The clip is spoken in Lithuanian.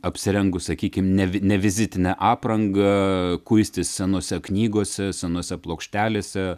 apsirengus sakykim ne ne vizitine apranga kuistis senose knygose senose plokštelėse